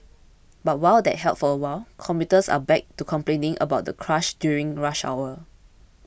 but while that helped for a while commuters are back to complaining about the crush during rush hour